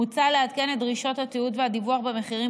מוצע לעדכן את דרישות התיעוד והדיווח במחירים